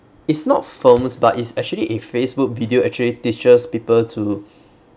it's not films but it's actually a facebook video actually teaches people to